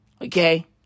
Okay